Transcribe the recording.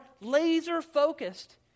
laser-focused